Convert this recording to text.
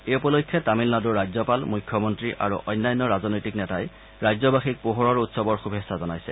এই উপলক্ষে তামিলনাডুৰ ৰাজ্যপাল মুখ্যমন্ত্ৰী আৰু অন্যান্য ৰাজনৈতিক নেতাই ৰাজ্যবাসীক পোহাৰৰ উৎসৱৰ শুভেচ্ছা জনাইছে